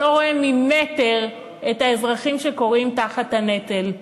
שלא רואה ממטר את האזרחים שכורעים תחת הנטל.